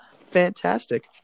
fantastic